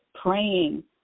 praying